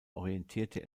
orientierte